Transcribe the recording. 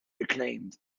reclaimed